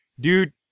Dude